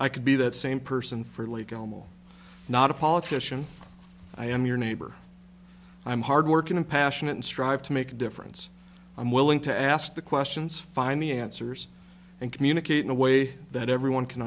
i could be that same person for legal more not a politician i am your neighbor i'm hardworking and passionate and strive to make a difference i'm willing to ask the questions find the answers and communicate in a way that everyone can